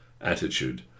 attitude